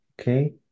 Okay